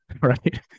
Right